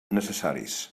necessaris